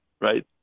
right